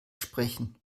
sprechen